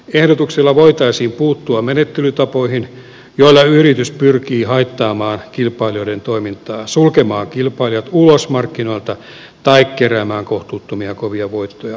ehdotuksella voitaisiin puuttua menettelytapoihin joilla yritys pyrkii haittaamaan kilpailijoiden toimintaa sulkemaan kilpailijat ulos markkinoilta tai keräämään kohtuuttomia ja kovia voittoja asemansa turvin